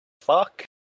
fuck